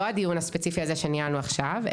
לא הדיון הספציפי הזה שניהלנו עכשיו,